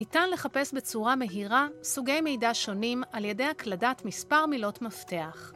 איתן לחפש בצורה מהירה סוגי מידע שונים על ידי הקלדת מספר מילות מפתח.